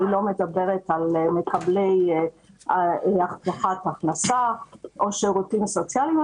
אני לא מדברת על מקבלי הבטחת הכנסה או שירותים סוציאליים.